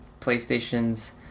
PlayStation's